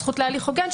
הזכות להליך הוגן,